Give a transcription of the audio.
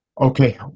okay